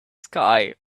sky